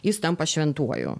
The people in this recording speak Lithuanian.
jis tampa šventuoju